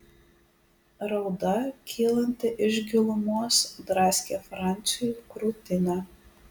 rauda kylanti iš gilumos draskė franciui krūtinę